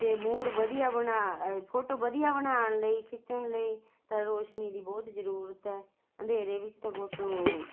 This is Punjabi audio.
ਅਤੇ ਮੂਡ ਵਧੀਆ ਬਣਾ ਫੋਟੋ ਵਧੀਆ ਬਣਾਉਣ ਲਈ ਖਿੱਚਣ ਲਈ ਤਾਂ ਰੋਸ਼ਨੀ ਦੀ ਬਹੁਤ ਜ਼ਰੂਰਤ ਹੈ ਅੰਧੇਰੇ ਵਿੱਚ ਤਾਂ ਫੋਟੋ